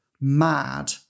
mad